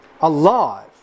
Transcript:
alive